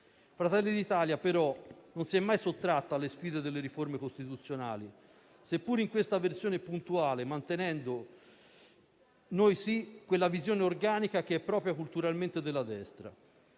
Fratelli d'Italia, però, non si è mai sottratta alle sfide delle riforme costituzionali, seppure in questa versione puntuale mantenendo - noi sì - quella visione organica che è propria culturalmente della destra.